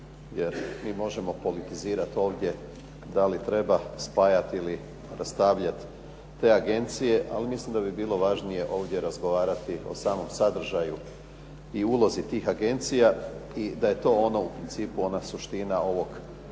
jer mi možemo politizirat ovdje da li treba spajat ili rastavljat te agencije, ali mislim da bi bilo važnije ovdje razgovarati o samom sadržaju i ulozi tih agencija i da je to ono u principu